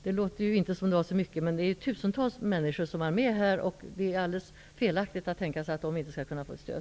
Det låter inte som om det är så många som är med, men det är tusentals människor och det är felaktigt att tänka sig att de inte skall kunna få stöd.